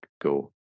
go